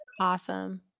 awesome